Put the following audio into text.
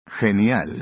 Genial